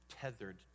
tethered